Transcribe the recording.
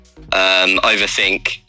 Overthink